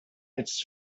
its